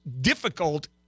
difficult